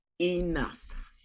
enough